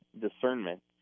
discernment